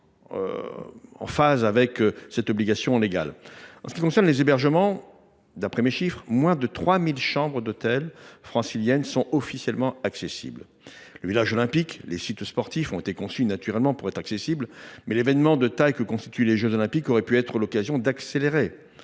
conformer à cette obligation légale. En ce qui concerne les hébergements, d’après les chiffres dont je dispose, moins de 3 000 chambres d’hôtel franciliennes sont officiellement accessibles. Le village olympique et les sites sportifs ont naturellement été conçus pour être accessibles, mais l’événement de taille que constituent les jeux Olympiques aurait pu être l’occasion d’accélérer